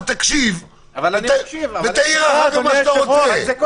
לפתוח עסקים עם 5 זה סביר מול מה שאנחנו רואים בסקר הזה.